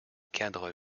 cadre